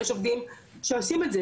יש עובדים שעושים את זה,